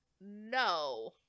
No